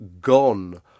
gone